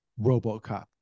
RoboCop